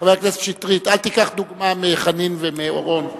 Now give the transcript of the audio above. חבר הכנסת שטרית, אל תיקח דוגמה מחנין ומאורון.